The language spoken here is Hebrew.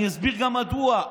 אני אסביר גם מדוע.